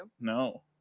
no